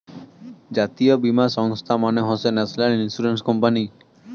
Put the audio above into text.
জাতীয় বীমা সংস্থা মানে হসে ন্যাশনাল ইন্সুরেন্স কোম্পানি